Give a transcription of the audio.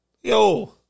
Yo